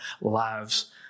lives